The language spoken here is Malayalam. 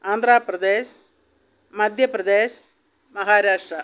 ആന്ധ്രാ പ്രദേശ് മധ്യപ്രദേശ് മഹാരാഷ്ട്ര